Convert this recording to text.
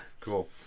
Cool